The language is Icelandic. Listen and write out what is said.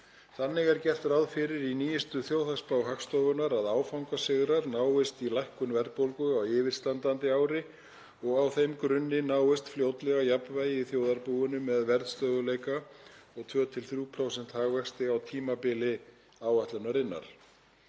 Þannig er gert ráð fyrir í nýjustu þjóðhagsspá Hagstofunnar að áfangasigrar náist í lækkun verðbólgu á yfirstandandi ári og að á þeim grunni náist fljótlega jafnvægi í þjóðarbúinu með verðstöðugleika og 2–3% hagvexti á tímabili áætlunarinnar.